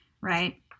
right